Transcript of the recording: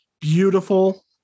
beautiful